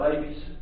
babies